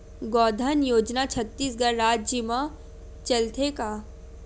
गौधन योजना छत्तीसगढ़ राज्य मा चलथे का?